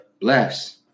Bless